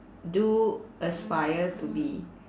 do aspire to be